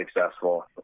successful